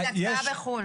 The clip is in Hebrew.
כי זו הצבעה בחו"ל.